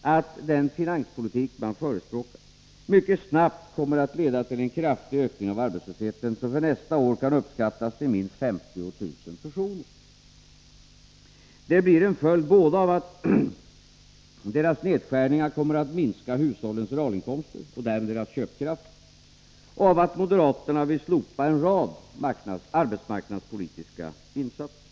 att den finanspolitik man förespråkar mycket snabbt kommer att leda till en ökning av arbetslösheten som för nästa år kan uppskattas till minst 50 000 personer. Det blir en följd både av att moderaternas nedskärningar kommer att minska hushållens realinkomster och därmed deras köpkraft och av att moderaterna vill slopa en rad arbetsmarknadspolitiska insatser.